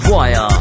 Wire